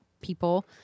people